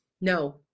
no